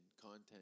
content